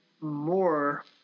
more